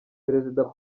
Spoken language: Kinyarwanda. perezida